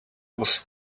was